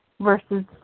versus